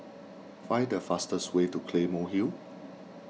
find the fastest way to Claymore Hill